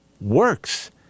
works